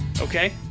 Okay